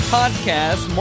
podcast